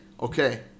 okay